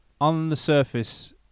on-the-surface